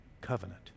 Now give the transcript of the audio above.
Covenant